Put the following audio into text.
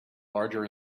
larger